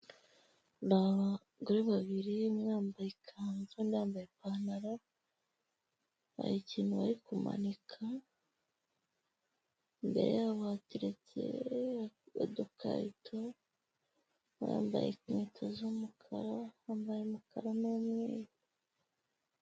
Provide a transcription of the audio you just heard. Ni abagore babiri umwe yambaye ikanzu undi yambaye ipantaro harikinu bari kumanika imbere yabo hateretse udukarito bambaye inkweto z'umukara bambaye umukara n'umweru.